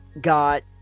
got